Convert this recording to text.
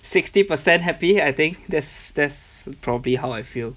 sixty percent happy I think that's that's probably how I feel